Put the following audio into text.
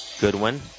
Goodwin